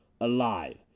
Alive